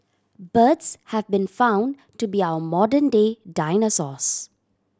birds have been found to be our modern day dinosaurs